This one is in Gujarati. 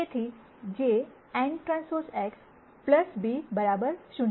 તેથી જે nTX b 0